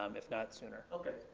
um if not sooner. okay.